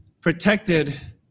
protected